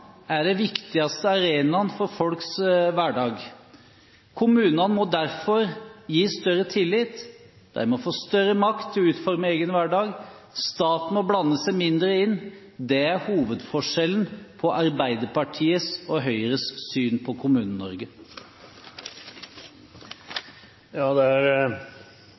må derfor gis større tillit, de må få større makt til å utforme egen hverdag, og staten må blande seg mindre inn. Det er hovedforskjellen på Arbeiderpartiets og Høyres syn på Kommune-Norge. Generelt bør en være forsiktig med å omtale sine kollegaer i Stortinget med medisinske diagnoser. Det